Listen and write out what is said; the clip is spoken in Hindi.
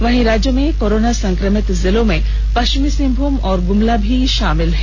वहीं राज्य में अब कोरोना संक्रमित जिलों में पश्चिमी सिंहभूम व ग्मला भी षामिल हो गया है